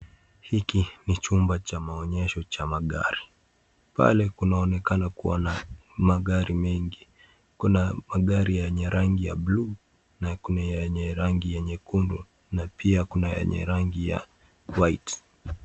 Hiki ni chumba cha maonyesho cha magari, pale kunaonekana kuwa na magari mengi, kuna magari yenye rangi ya blue na kuna ya rangi ya nyekundu na pia kuna yenye rangi ya white